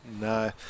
No